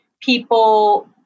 people